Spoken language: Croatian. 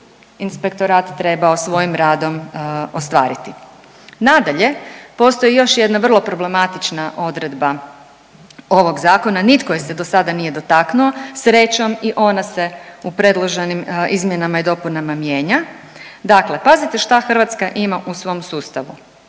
inspektorat trebao svojim radom ostvariti. Nadalje, postoji još jedna vrlo problematična odredba ovog zakona, nitko je se dosada nije dotaknuo, srećom i ona se u predloženim izmjenama i dopunama mijenja. Dakle, pazite šta Hrvatska ima u svom sustavu,